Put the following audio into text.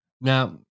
Now